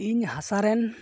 ᱤᱧ ᱦᱟᱥᱟᱨᱮᱱ